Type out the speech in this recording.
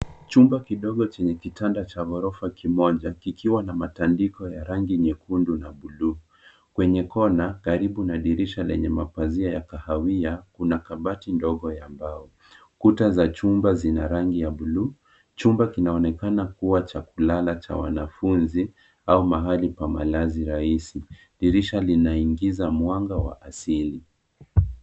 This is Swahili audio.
Chumba kidogo chenye kitanda cha ghorofa kimoja kikiwa na matandiko ya rangi nyekundu na buluu. Kwenye kona karibu na dirisha lenye mapazia ya kahawia, kuna kabati ndogo ya mbao. Kuta za chumba zina rangi ya buluu. Chumba kinaonekana kuwa cha kulala cha wanafunzi au mahali pa malazi rahisi. Dirisha linaingiza mwanga wa asili.